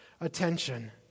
attention